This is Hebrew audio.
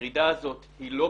אנחנו גם מכווינים,